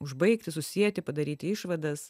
užbaigti susieti padaryti išvadas